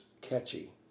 catchy